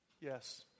Yes